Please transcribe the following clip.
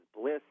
bliss